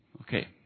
Okay